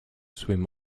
swim